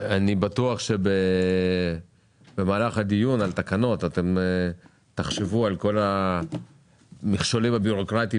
בטוח שבמהלך הדיון על התקנות אתם תחשבו על כל המכשולים הבירוקרטיים